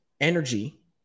energy